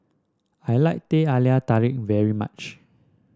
I like Teh Halia Tarik very much